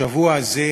השבוע הזה